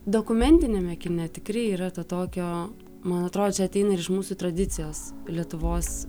dokumentiniame kine tikri yra to tokio man atrodo čia ateina ir iš mūsų tradicijos lietuvos